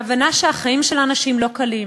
ההבנה שהחיים של האנשים אינם קלים,